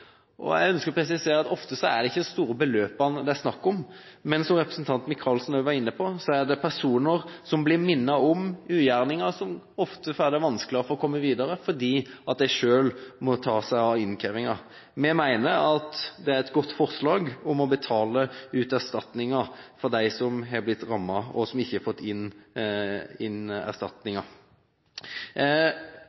og vi ønsker å støtte forslag nr. 6. Jeg ønsker å presisere at det ofte ikke er de store beløpene det er snakk om, men som representanten Michaelsen også var inne på, er det personer som blir minnet på ugjerningen, som ofte får det vanskelig med å komme seg videre, fordi de selv må ta seg av innkrevingen. Vi mener det er et godt forslag å utbetale erstatning til dem som har blitt rammet, men som ikke har fått krevd inn